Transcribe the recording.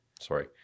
sorry